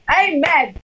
Amen